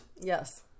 Yes